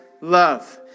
love